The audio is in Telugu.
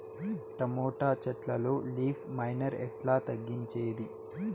టమోటా చెట్లల్లో లీఫ్ మైనర్ ఎట్లా తగ్గించేది?